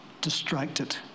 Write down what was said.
distracted